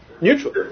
neutral